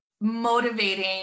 motivating